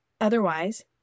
Otherwise